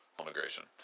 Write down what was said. immigration